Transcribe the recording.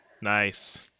Nice